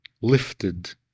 lifted